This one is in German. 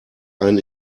einen